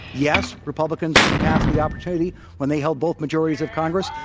yes republicans passed the opportunity when they hold both majorities of congress.